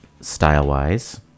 style-wise